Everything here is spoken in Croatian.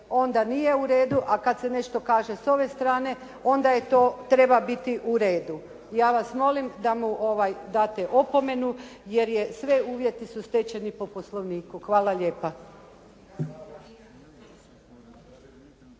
onda nije u redu, a kada se nešto kaže s ove strane onda je to, treba biti u redu. Ja vas molim da mu date opomenu, jer je sve uvjeti su stečeni po Poslovniku. Hvala lijepa.